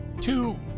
Two